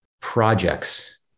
projects